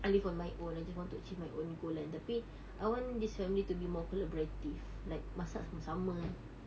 I live on my own I just want to achieve my own goal kan tapi I want this family to be more collaborative like masak sama-sama